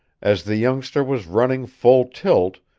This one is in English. as the youngster was running full tilt,